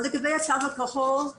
לגבי התו הכחול.